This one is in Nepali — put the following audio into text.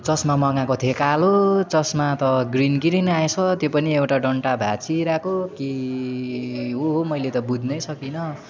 चस्मा मगाएको थिएँ कालो चस्मा त ग्रिन ग्रिन आएछ त्यो पनि एउटा डन्ठा भाँचिइरहेको के हो हो मैले त बुझ्नै सकिनँ